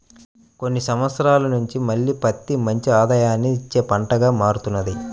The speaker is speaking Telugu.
కొన్ని సంవత్సరాల నుంచి మళ్ళీ పత్తి మంచి ఆదాయాన్ని ఇచ్చే పంటగా మారుతున్నది